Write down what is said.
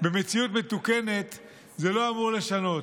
במציאות מתוקנת זה לא אמור לשנות.